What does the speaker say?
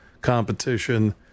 competition